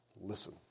Listen